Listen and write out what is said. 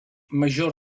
major